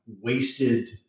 wasted